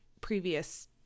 previous